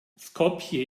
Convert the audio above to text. skopje